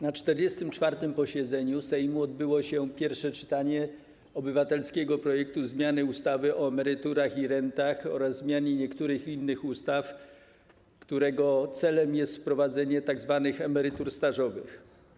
Na 44. posiedzeniu Sejmu odbyło się pierwsze czytanie obywatelskiego projektu ustawy o zmianie ustawy o emeryturach i rentach oraz zmianie niektórych innych ustaw, którego celem jest wprowadzenie tzw. emerytur stażowych.